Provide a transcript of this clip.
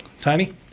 Tiny